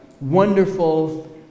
wonderful